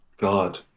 God